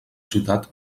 ciutat